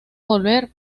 volver